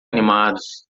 animados